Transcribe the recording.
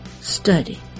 Study